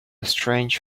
strange